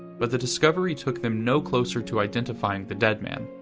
but the discovery took them no closer to identifying the dead man,